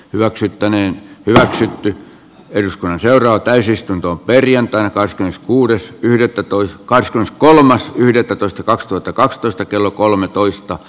löksyttäneen hyväksytty eduskunnan seuraava täysistunto perjantaina kahdeskymmeneskuudes yhdettätoista cars kolmas yhdettätoista kaksituhattakaksitoista kello kolmetoista